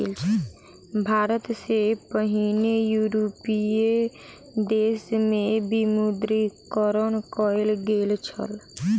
भारत सॅ पहिने यूरोपीय देश में विमुद्रीकरण कयल गेल छल